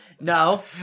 No